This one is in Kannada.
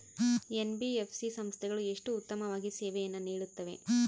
ಎನ್.ಬಿ.ಎಫ್.ಸಿ ಸಂಸ್ಥೆಗಳು ಎಷ್ಟು ಉತ್ತಮವಾಗಿ ಸೇವೆಯನ್ನು ನೇಡುತ್ತವೆ?